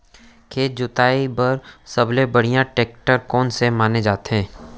खेत जोताई बर सबले बढ़िया टेकटर कोन से माने जाथे?